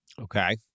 Okay